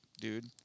dude